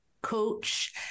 coach